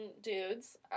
dudes